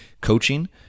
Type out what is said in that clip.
coaching